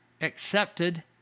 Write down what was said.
accepted